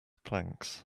planks